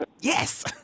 yes